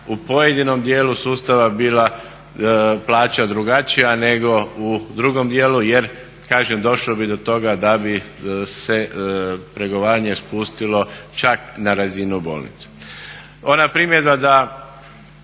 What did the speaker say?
u pojedinom dijelu sustava bila plaća drugačija nego u drugom dijelu jer kažem došlo bi do toga da bi se pregovaranje spustilo čak na razinu bolnica. Ona primjedba da